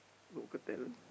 local talent